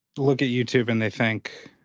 look at youtube and they think,